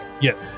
Yes